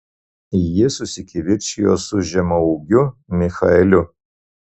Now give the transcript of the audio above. jis susikivirčijo su žemaūgiu michaeliu